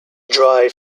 dry